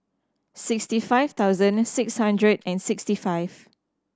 sixty five thousand six hundred and sixty five